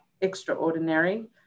extraordinary